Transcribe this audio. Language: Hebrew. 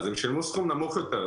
אז הם שילמו סכום נמוך יותר,